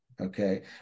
okay